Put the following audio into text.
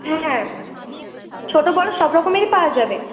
হ্যাঁ ছোটো বড় সব রকমেরই পাওয়া যাবে